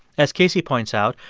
as casey points out,